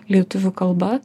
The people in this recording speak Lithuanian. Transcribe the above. lietuvių kalba